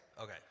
Okay